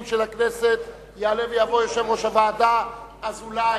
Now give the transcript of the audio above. יעלה ויבוא יושב-ראש הוועדה דוד אזולאי.